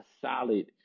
solid